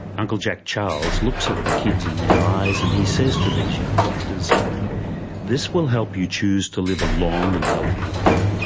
uncle jack charles, looks at the kids in their eyes and he says to these young doctors this will help you chose to live a long and healthy life.